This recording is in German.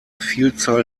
vielzahl